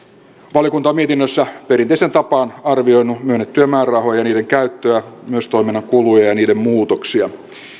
valiokunta on mietinnössä perinteiseen tapaan arvioinut myönnettyjä määrärahoja ja niiden käyttöä ja myös toiminnan kuluja ja niiden muutoksia